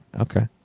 Okay